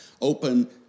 open